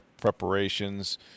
preparations